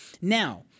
Now